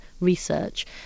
research